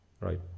right